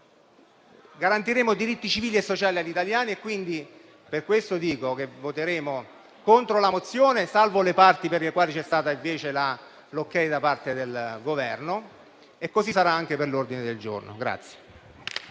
garantiremo diritti civili e sociali agli italiani. Per questo annuncio che voteremo contro la mozione, salvo le parti per le quali c'è stato invece il benestare da parte del Governo e così sarà anche per l'ordine del giorno.